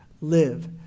live